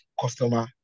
customer